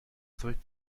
swiss